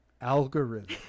algorithm